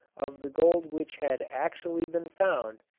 of the gold which had actually been found,